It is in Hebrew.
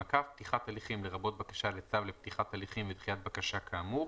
פתיחת הליכים לרבות בקשה לצו לפתיחת הליכים ודחיית בקשה כאמור",